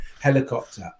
helicopter